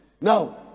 Now